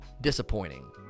disappointing